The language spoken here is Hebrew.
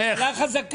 איך?